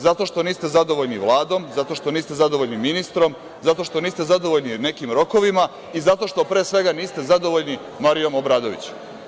Zato što niste zadovoljni Vladom, zato što niste zadovoljni ministrom, zato što niste zadovoljni nekim rokovima i zato što pre svega niste zadovoljni Marijom Obradović.